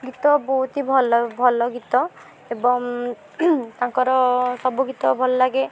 ଗୀତ ବହୁତ ହି ଭଲ ଭଲ ଗୀତ ଏବଂ ତାଙ୍କର ସବୁ ଗୀତ ଭଲ ଲାଗେ